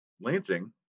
Lansing